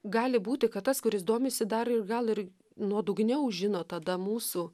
gali būti kad tas kuris domisi dar gal ir nuodugniau žino tada mūsų